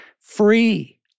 Free